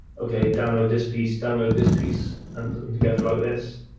okay. download this piece, download this piece, and put them together like this.